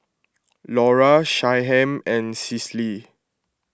Lora Shyheim and Cicely